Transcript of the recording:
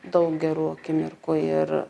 daug gerų akimirkų ir